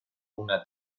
una